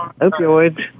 opioids